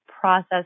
process